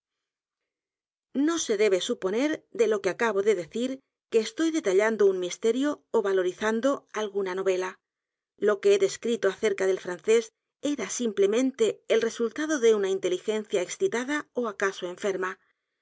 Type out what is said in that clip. no se debe suponer de lo que acabo de decir que estoy detallando un misterio ó valorizar alguna novela lo que he descrito acerca del francés era simplemente el resultado de una inteligencia excitada ó acaso